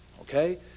Okay